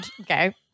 Okay